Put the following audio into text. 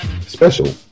special